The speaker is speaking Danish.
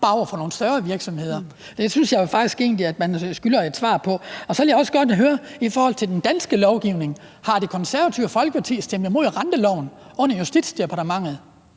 bare over for nogle større virksomheder. Det synes jeg jo faktisk man egentlig skylder et svar på. Og så vil jeg også godt høre om noget i forhold til den danske lovgivning: Har Det Konservative Folkeparti stemt imod renteloven under Justitsministeriet,